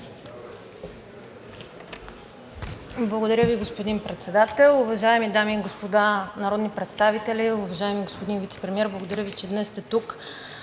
Благодаря Ви, господин Председател. Уважаеми дами и господа народни представители! Уважаеми господин Вицепремиер, благодаря Ви, че днес сте тук.